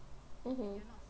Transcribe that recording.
mmhmm